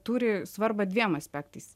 turi svarbą dviem aspektais